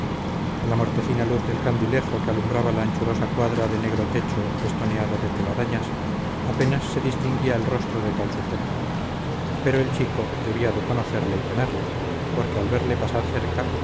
a la mortecina luz del candilejo que alumbraba la anchurosa cuadra de negro techo festoneado de telarañas apenas se distinguía el rostro del tal sujeto pero el chico debía de conocerle y temerle porque al verle pasar cerca